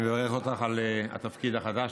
אני מברך אותך על התפקיד החדש.